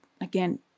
Again